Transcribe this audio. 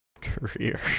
career